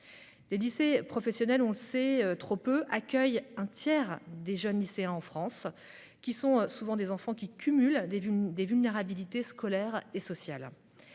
Les lycées professionnels, on le sait trop peu, accueillent un tiers des jeunes lycéens en France, qui sont souvent des enfants cumulant des vulnérabilités scolaires et sociales.